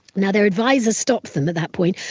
now their advisers stopped them at that point,